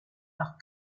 par